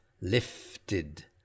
Lifted